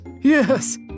Yes